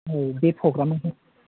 औ बे प्रग्रामावहाय